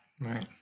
Right